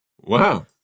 wow